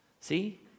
See